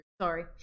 Sorry